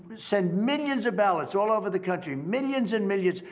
send millions of ballots all over the country, millions and millions.